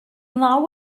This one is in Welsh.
naw